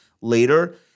later